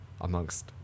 amongst